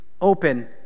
open